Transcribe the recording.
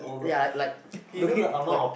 y~ ya like look it like